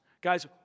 Guys